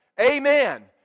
Amen